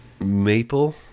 maple